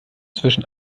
zwischen